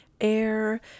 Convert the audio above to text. air